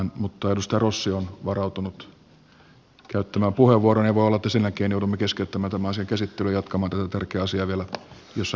edustaja rossi on varautunut käyttämään puheenvuoron mutta voi olla että sen jälkeen joudumme keskeyttämään asian käsittelyn ja jatkamaan tätä tärkeää asiaa vielä jossain myöhemmin pidettävässä istunnossa